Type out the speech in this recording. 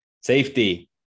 Safety